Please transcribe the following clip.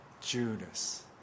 Judas